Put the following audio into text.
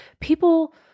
people